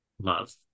love